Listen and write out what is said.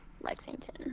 Lexington